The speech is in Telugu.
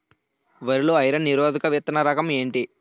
వరి లో ఐరన్ నిరోధక విత్తన రకం ఏంటి?